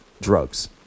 Drugs